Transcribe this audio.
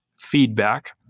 feedback